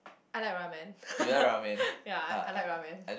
I like ramen ya I I like ramen